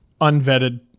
unvetted